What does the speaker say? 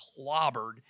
clobbered